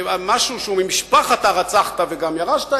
משהו שהוא ממשפחת "הרצחת וגם ירשת",